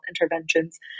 interventions